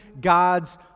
God's